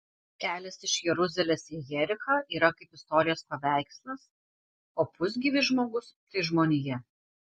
kelias iš jeruzalės į jerichą yra kaip istorijos paveikslas o pusgyvis žmogus tai žmonija